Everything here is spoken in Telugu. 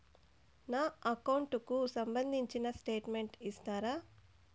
నా అకౌంట్ కు సంబంధించిన స్టేట్మెంట్స్ ఇస్తారా